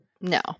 no